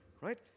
right